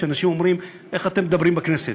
שאנשים אומרים: איך אתם מדברים בכנסת?